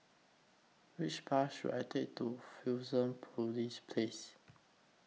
Which Bus should I Take to Fusionopolis Place